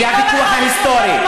זה הוויכוח ההיסטורי.